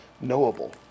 knowable